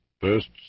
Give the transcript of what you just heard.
first